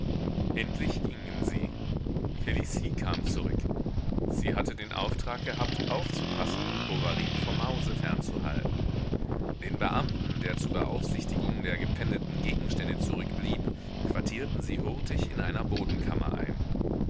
endlich gingen sie felicie kam zurück sie hatte den auftrag gehabt aufzupassen und bovary vom hause fernzuhalten den beamten der zur beaufsichtigung der gepfändeten gegenstände zurückblieb quartierten sie hurtig in einer bodenkammer ein